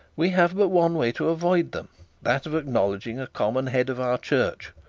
we have but one way to avoid them that of acknowledging a common head of our church,